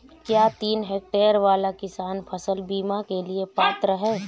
क्या तीन हेक्टेयर वाला किसान फसल बीमा के लिए पात्र हैं?